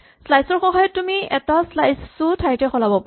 slice ৰ সহায়ত তুমি এটা স্লাইচ ও ঠাইতে সলাব পাৰা